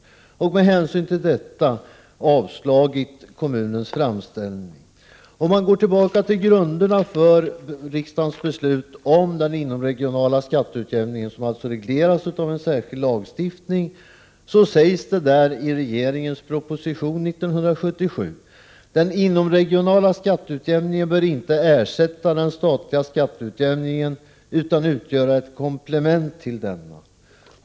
Man har med hänsyn till detta avslagit kommunens framställning. Om man går tillbaka till grunderna för riksdagens beslut om den inomregionala skatteutjämningen, som alltså regleras av en särskild lagstiftning, sägs det i regeringens proposition år 1977 att den inomregionala skatteutjämningen inte bör ersätta den statliga skatteutjämningen utan utgöra ett komplement till denna.